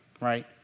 right